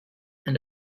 and